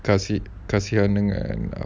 kasi kasi dengan